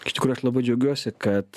iš tikrųjų aš labai džiaugiuosi kad